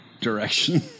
direction